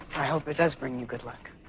i hope it does bring you good luck.